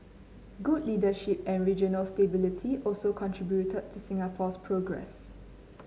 good leadership and regional stability also contributed to Singapore's progress